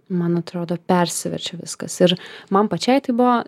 man atrodo persiverčia viskas ir man pačiai taip buvo